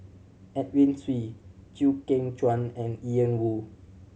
Edwin Siew Chew Kheng Chuan and Ian Woo